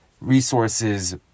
resources